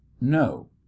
No